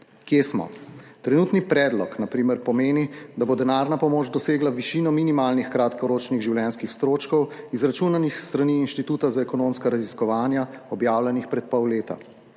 Kje smo? Trenutni predlog na primer pomeni, da bo denarna pomoč dosegla višino minimalnih kratkoročnih življenjskih stroškov, izračunanih s strani Inštituta za ekonomska raziskovanja, objavljenih pred pol leta.